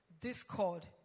discord